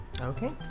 Okay